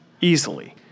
easily